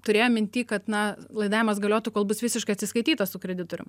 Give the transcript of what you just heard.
turėjo minty kad na laidavimas galiotų kol bus visiškai atsiskaityta su kreditorium